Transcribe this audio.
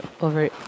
over